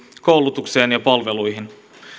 koulutukseen ja palveluihin